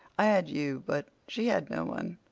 i had you, but she had no one.